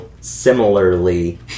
similarly